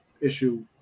issue –